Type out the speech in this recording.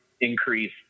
increase